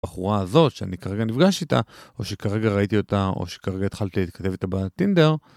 בחורה הזאת שאני כרגע נפגש איתה או שכרגע ראיתי אותה או שכרגע התחלתי להתכתב איתה בטינדר